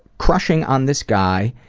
crushing on this guy,